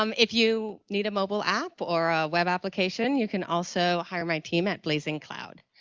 um if you need a mobile app or a web application, you can also hire my team at blazing cloud.